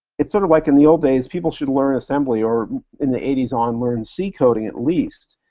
it's sort of like in the old days, people should learn assembly, or in the eighty s on learn c coding at least,